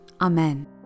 Amen